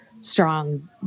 strong